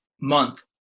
month